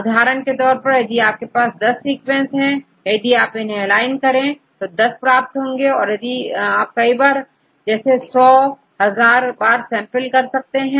उदाहरण के तौर पर यदि आपके पास10 सीक्वेंसेस है यदि आप इन्हें एलाइन करें तो आप 10 प्राप्त करेंगे इसे आप कई बार जैसे 100 1000 बार सैंपल कर सकते हैं